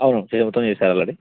అవును bike insurance కావాలి